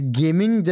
gaming